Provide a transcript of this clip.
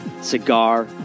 Cigar